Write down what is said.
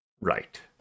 Right